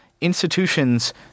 institutions